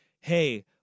hey